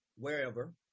wherever